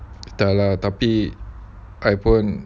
ya lah tapi I pun